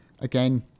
again